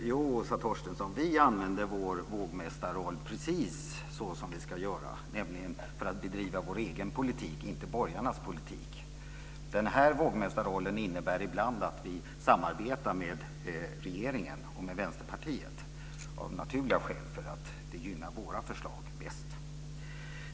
Fru talman! Jo, Åsa Torstensson, vi använder vår vågmästarroll precis som vi ska göra, nämligen för att bedriva vår egen politik, inte borgarnas politik. Den här vågmästarrollen innebär ibland att vi av naturliga skäl samarbetar med regeringen och med Vänsterpartiet därför att det gynnar våra förslag bäst.